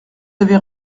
avez